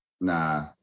Nah